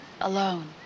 alone